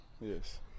yes